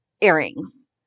earrings